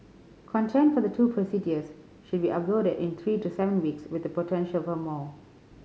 content for the two procedures should be uploaded in three to seven weeks with the potential for more